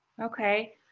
Okay